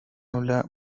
habla